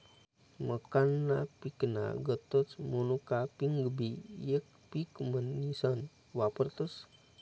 मक्काना पिकना गतच मोनोकापिंगबी येक पिक म्हनीसन वापरतस